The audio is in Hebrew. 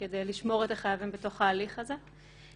כדי לשמור את החייבים בתוך ההליך הזה.